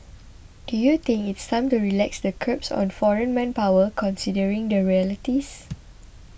do you think it's time to relax the curbs on foreign manpower considering the realities